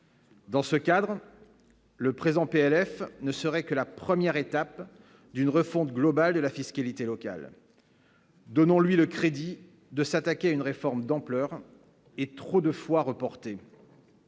Dans ce cadre, le présent PLF ne serait que la première étape d'une refonte globale de la fiscalité locale, donnons-lui le crédit de s'attaquer à une réforme d'ampleur et trop de fois reporté,